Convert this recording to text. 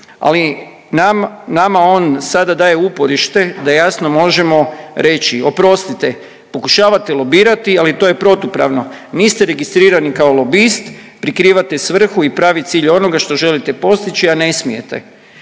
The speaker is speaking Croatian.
Ali nama on sada daje uporište da jasno možemo reći, oprostite pokušavate lobirati ali to je protupravno. Niste registrirani kao lobist, prikrivate svrhu i pravi cilj onoga što želite postići, a ne smijete.